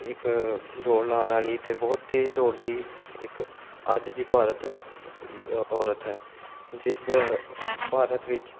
ਇੱਕ ਦੌੜ ਲਾਉਣ ਵਾਲੀ ਅਤੇ ਬਹੁਤ ਤੇਜ਼ ਦੌੜਦੀ ਇੱਕ ਅੱਜ ਦੀ ਭਾਰਤ ਔਰਤ ਹੈ ਜਿਸ ਭਾਰਤ ਵਿੱਚ